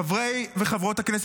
חברי וחברות הכנסת,